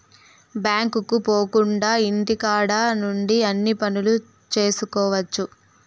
బ్యాంకుకు పోకుండా ఇంటికాడ నుండి అన్ని పనులు చేసుకోవచ్చు